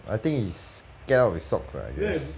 I think he's scared out of his socks ah I guess